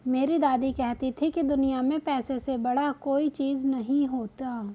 मेरी दादी कहती थी कि दुनिया में पैसे से बड़ा कोई चीज नहीं होता